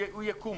הוא יקום,